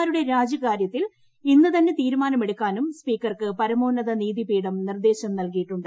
മാരുടെ രാജികാര്യത്തിൽ ഇന്ന് തന്നെ തീരുമാനമെടുക്കാനും സ്പീക്കർക്ക് പരമോന്നത നീതിപീഠം നിർദ്ദേശം നൽകിയിട്ടുണ്ട്